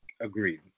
Agreed